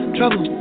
Trouble